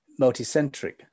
multicentric